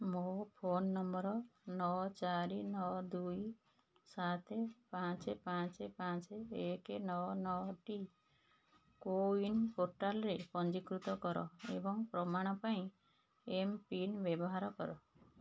ମୋ phone number ନଅ ଚାରି ନଅ ଦୁଇ ସାତ ପାଞ୍ଚ ପାଞ୍ଚ ପାଞ୍ଚ ଏକ ନଅ ନଅଟି କୋୱିନ ପୋର୍ଟାଲରେ ପଞ୍ଜୀକୃତ କର ଏବଂ ପ୍ରମାଣ ପାଇଁ ଏମ୍ପିନ୍ ବ୍ୟବହାର କର